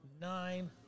nine